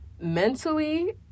mentally